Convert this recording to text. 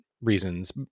reasons